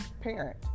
parent